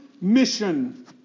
mission